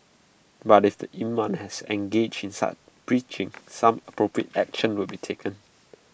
but if the imam had engaged in such preaching some appropriate action will be taken